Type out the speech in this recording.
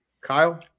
Kyle